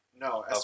No